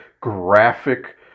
graphic